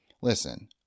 Listen